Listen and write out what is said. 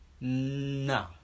No